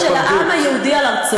כדי לממש את זכותו של העם היהודי על ארצו.